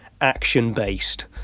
action-based